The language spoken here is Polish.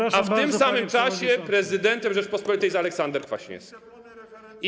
A w tym samym czasie prezydentem Rzeczypospolitej jest Aleksander Kwaśniewski.